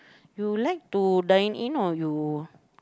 you like to dine in or you